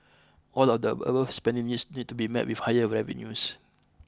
all the spending needs need to be met with higher revenues